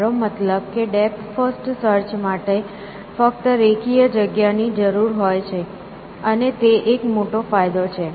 મારો મતલબ કે ડેપ્થ ફર્સ્ટ સર્ચ માટે ફક્ત રેખીય જગ્યાની જરૂર હોય છે અને તે એક મોટો ફાયદો છે